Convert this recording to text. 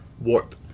warp